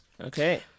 Okay